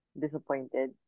disappointed